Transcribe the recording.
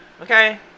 Okay